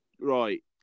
Right